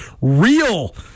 real